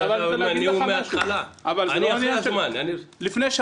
אם במשרד החינוך יתייחסו